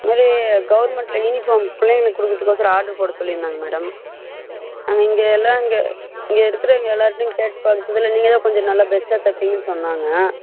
இந்தமாதிரி கவர்மெண்ட்ல யூனிஃபார்ம் பிள்ளைங்களுக்கு கொடுக்குறதுக்கொசரம் ஆர்ட்ரு போட சொல்லியிருந்தாங்க மேடம் ஆனால் இங்கே எல்லாம் இங்கே இங்கே இருக்கிறவைங்க எல்லார்கிட்டையும் கேட்டு பார்த்ததுல நீங்கள் தான் கொஞ்சம் நல்லா பெஸ்ட்டாக தப்பிங்கன்னு சொன்னாங்கள்